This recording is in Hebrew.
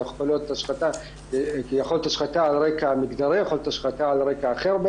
כי זה יכול להיות השחתה על רקע מגדרי וגם על רקע אחר,